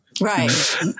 right